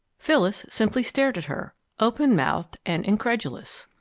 phyllis simply stared at her, open-mouthed and incredulous.